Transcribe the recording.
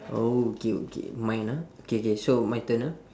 oh okay okay mine ah K K so my turn ah